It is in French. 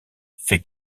fait